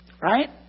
Right